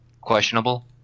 questionable